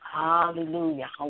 hallelujah